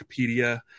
wikipedia